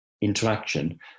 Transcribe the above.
interaction